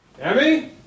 Emmy